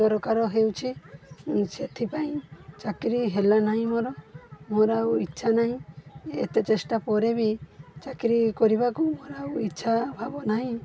ଦରକାର ହେଉଛି ସେଥିପାଇଁ ଚାକିରି ହେଲା ନାହିଁ ମୋର ମୋର ଆଉ ଇଚ୍ଛା ନାହିଁ ଏତେ ଚେଷ୍ଟା ପରେ ବି ଚାକିରି କରିବାକୁ ମୋର ଆଉ ଇଚ୍ଛା ଭାବ ନାହିଁ